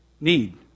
need